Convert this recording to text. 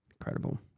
Incredible